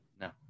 no